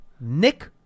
Nick